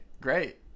Great